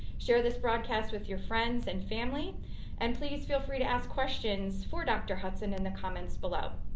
share this broadcast with your friends and family and please feel free to ask questions for dr. hudson in the comments below.